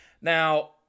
Now